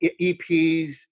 EPs